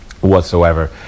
whatsoever